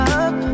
up